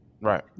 Right